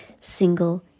single